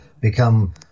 become